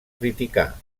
criticar